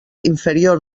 inferior